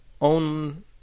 own